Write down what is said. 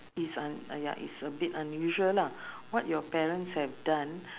is un~ uh ya it's a bit unusual lah what your parents have done